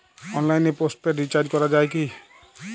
অনলাইনে postpaid recharge করা যায় কি?